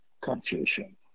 confusion